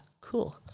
cool